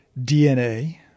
DNA